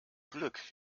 glück